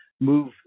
move